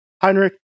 Heinrich